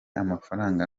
amafaranga